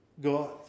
God